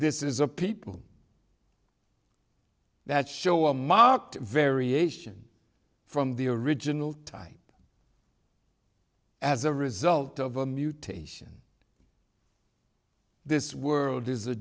this is a people that show a mock variation from the original type as a result of a mutation this world is a